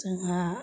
जोंहा